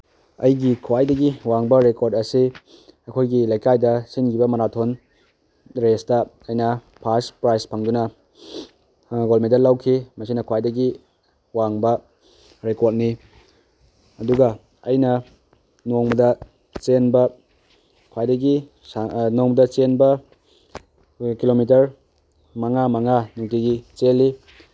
ꯑꯩꯒꯤ ꯈ꯭ꯋꯥꯏꯗꯒꯤ ꯋꯥꯡꯕ ꯔꯦꯀꯣꯔꯠ ꯑꯁꯤ ꯑꯩꯈꯣꯏꯒꯤ ꯂꯩꯀꯥꯏꯗ ꯁꯤꯟꯒꯤꯕ ꯃꯅꯥꯊꯣꯟ ꯔꯦꯁꯇ ꯑꯩꯅ ꯐꯥꯁ ꯄ꯭ꯔꯥꯏꯖ ꯐꯪꯗꯨꯅ ꯒꯣꯜ ꯃꯦꯗꯜ ꯂꯧꯈꯤ ꯃꯁꯤꯅ ꯈ꯭ꯋꯥꯏꯗꯒꯤ ꯋꯥꯡꯕ ꯔꯦꯀꯣꯔꯠꯅꯤ ꯑꯗꯨꯒ ꯑꯩꯅ ꯅꯣꯡꯃꯗ ꯆꯦꯟꯕ ꯈ꯭ꯋꯥꯏꯗꯒꯤ ꯅꯣꯡꯃꯗ ꯆꯦꯟꯕ ꯀꯤꯂꯣꯃꯤꯇꯔ ꯃꯉꯥ ꯃꯉꯥ ꯅꯨꯡꯇꯤꯒꯤ ꯆꯦꯜꯂꯤ